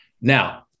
Now